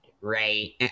right